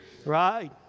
Right